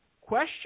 Question